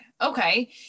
Okay